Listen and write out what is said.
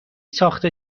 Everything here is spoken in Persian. ساخته